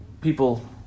people